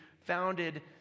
founded